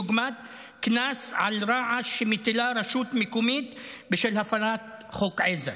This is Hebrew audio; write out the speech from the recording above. דוגמת קנס על רעש שמטילה רשות מקומית בשל הפרת חוק עזר,